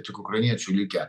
tik ukrainiečių likę